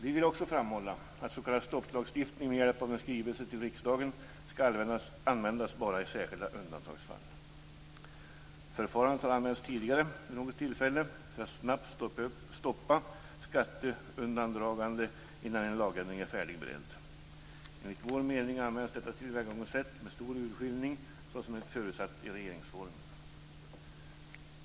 Vi vill också framhålla att s.k. stopplagstiftning med hjälp av en skrivelse till riksdagen bara skall användas i särskilda undantagsfall. Förfarandet har använts tidigare vid något tillfälle för att snabbt stoppa skatteundandragande innan en lagändring är färdigberedd. Enligt vår mening används detta tillvägagångssätt med stor urskiljning såsom är förutsatt i regeringsformen.